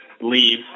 leave